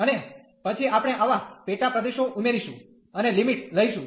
અને પછી આપણે આવા પેટા પ્રદેશો ઉમેરીશું અને લિમિટ લઈશું